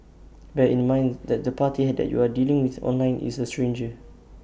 bear in mind that the party had that you are dealing with online is A stranger